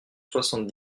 soixante